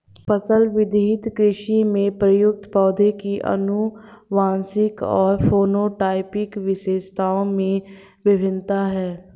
फसल विविधता कृषि में प्रयुक्त पौधों की आनुवंशिक और फेनोटाइपिक विशेषताओं में भिन्नता है